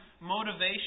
motivation